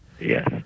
Yes